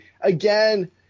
again